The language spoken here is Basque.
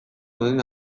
honen